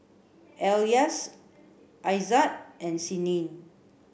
Elyas Aizat and Senin